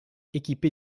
équipé